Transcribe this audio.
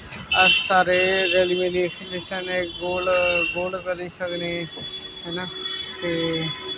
अस सारे रली मिलियै खेली सकने गोल गोल करी सकने हैना ते